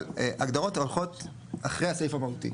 אבל הגדרות הולכות אחרי הסעיף המהותי.